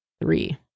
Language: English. three